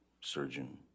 surgeon